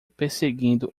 perseguindo